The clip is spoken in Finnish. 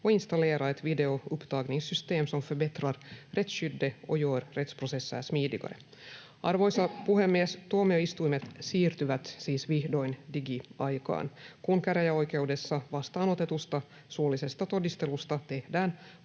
och installera ett videoupptagningssystem som förbättrar rättsskyddet och gör rättsprocesser smidigare. Arvoisa puhemies! Tuomioistuimet siirtyvät siis vihdoin digiaikaan, kun käräjäoikeudessa vastaanotetusta suullisesta todistelusta tehdään